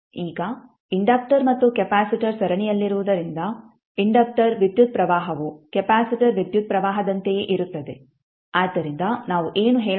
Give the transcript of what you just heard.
ಈಗ ಇಂಡಕ್ಟರ್ ಮತ್ತು ಕೆಪಾಸಿಟರ್ ಸರಣಿಯಲ್ಲಿರುವುದರಿಂದ ಇಂಡಕ್ಟರ್ ವಿದ್ಯುತ್ ಪ್ರವಾಹವು ಕೆಪಾಸಿಟರ್ ವಿದ್ಯುತ್ ಪ್ರವಾಹದಂತೆಯೇ ಇರುತ್ತದೆ ಆದ್ದರಿಂದ ನಾವು ಏನು ಹೇಳಬಹುದು